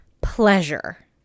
pleasure